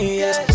yes